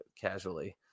casually